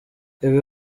ibi